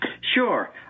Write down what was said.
Sure